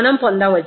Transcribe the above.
కాబట్టి xi 2 2